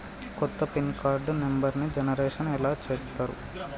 కొత్త pin card నెంబర్ని generation ఎట్లా చేత్తరు?